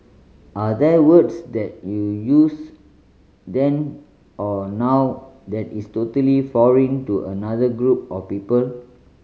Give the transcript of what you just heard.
are there words that you use then or now that is totally foreign to another group of people